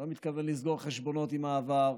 אני לא מתכוון לסגור חשבונות עם העבר,